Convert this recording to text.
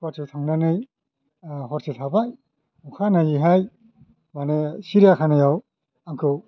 गुवाहाटिआव थांनानै हरसे थाबाय अखानायैहाय माने सिरियाखानायाव आंखौ